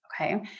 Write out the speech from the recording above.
Okay